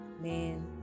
man